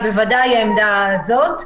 היא בוודאי העמדה הזאת.